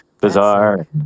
bizarre